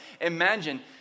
Imagine